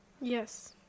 Yes